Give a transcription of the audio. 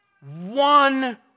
one